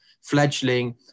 fledgling